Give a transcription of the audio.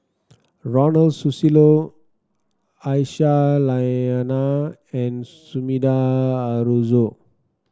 Ronald Susilo Aisyah Lyana and Sumida Haruzo